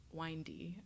windy